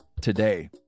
today